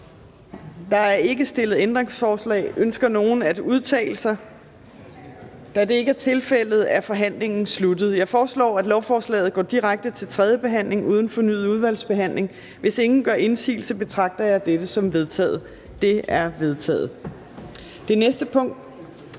Der er ikke stillet ændringsforslag. Ønsker nogen at udtale sig? Da det ikke er tilfældet, er forhandlingen sluttet. Jeg foreslår, at lovforslaget går direkte til tredje behandling uden fornyet udvalgsbehandling. Hvis ingen gør indsigelse, betragter jeg dette som vedtaget. Det er vedtaget. --- Det næste punkt